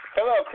Hello